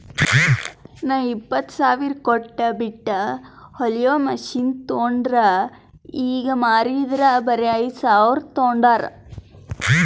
ನಾ ಇಪ್ಪತ್ತ್ ಸಾವಿರ ಕೊಟ್ಟು ಬಟ್ಟಿ ಹೊಲಿಯೋ ಮಷಿನ್ ತೊಂಡ್ ಈಗ ಮಾರಿದರ್ ಬರೆ ಐಯ್ದ ಸಾವಿರ್ಗ ತೊಂಡಾರ್